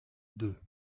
deux